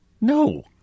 No